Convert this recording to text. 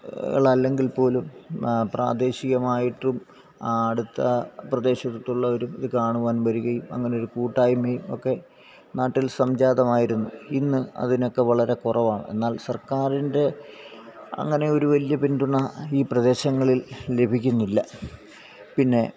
ളല്ലെങ്കില് പോലും പ്രാദേശികമായിട്ടും ആടുത്ത പ്രദേശത്തുള്ളവരും ഇത് കാണുവാന് വരികയും അങ്ങനൊരു കൂട്ടായ്മയും ഒക്കെ നാട്ടില് സംജാതമായിരുന്നു ഇന്ന് അതിനൊക്കെ വളരെ കുറവാണ് എന്നാല് സര്ക്കാറിന്റെ അങ്ങനെയൊരു വലിയ പിന്തുണ ഈ പ്രദേശങ്ങളില് ലഭിക്കുന്നില്ല പിന്നെ